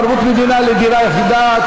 ערבות מדינה לדירה יחידה),